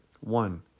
One